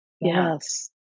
yes